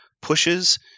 pushes